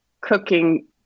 cooking